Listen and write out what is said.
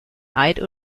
eid